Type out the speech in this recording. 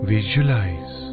Visualize